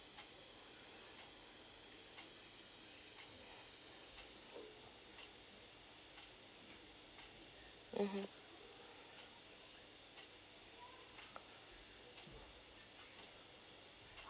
mmhmm